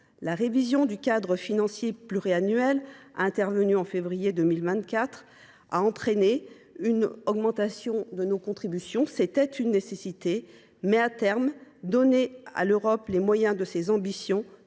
La révision du cadre financier pluriannuel intervenue en février 2024, qui a entraîné une augmentation de nos contributions, était une nécessité, mais, à terme, donner à l’Europe les moyens de ses ambitions